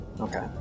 okay